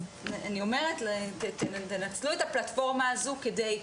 אז תנצלו את הפלטפורמה הזאת כדי להגיד,